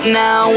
now